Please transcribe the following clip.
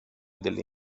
delle